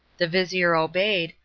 the vizir obeyed,